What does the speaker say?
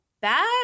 bad